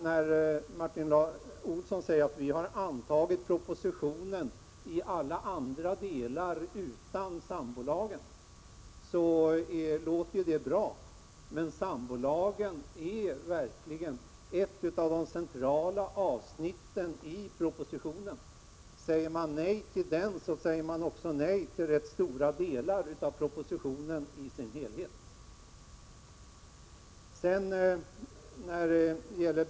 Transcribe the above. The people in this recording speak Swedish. När Martin Olsson säger att centern har accepterat propositionen i alla andra delar utom när det gäller sambolagen, låter det ju bra. Sambolagen är emellertid verkligen ett av de centrala avsnitten i propositionen. Säger man nej till den så säger man också nej till ganska stora delar av propositionen i dess helhet.